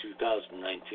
2019